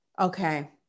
Okay